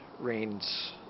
rains